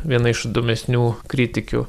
viena iš įdomesnių kritikių